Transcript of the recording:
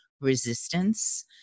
resistance